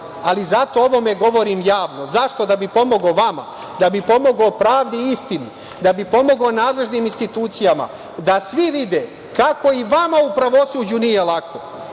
ali zato o ovome govorim javno. Zašto? Da bi pomogao vama, da bi pomogao pravdi i istini, da bi pomogao nadležnim institucijama, da svi vide kako i vama u pravosuđu nije lako,